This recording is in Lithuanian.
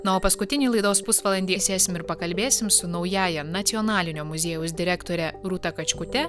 na o paskutinį laidos pusvalandį sėsim ir pakalbėsim su naująja nacionalinio muziejaus direktore rūta kačkute